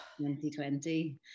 2020